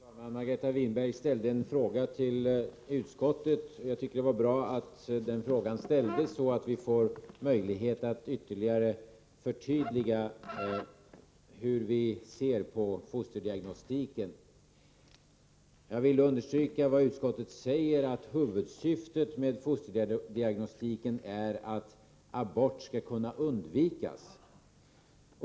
Fru talman! Margareta Winberg ställde en fråga till utskottet, och jag tyckte att det var bra att den frågan ställdes, så att vi får möjlighet att ytterligare förtydliga hur vi ser på fosterdiagnostiken. Jag vill understryka utskottets uttalande att huvudsyftet med fosterdiagnostiken är att abort skall kunna undvikas.